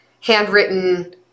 handwritten